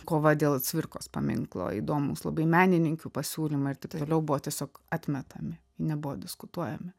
kova dėl cvirkos paminklo įdomūs labai menininkių pasiūlymai ir taip toliau buvo tiesiog atmetami jie nebuvo diskutuojami